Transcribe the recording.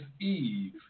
Eve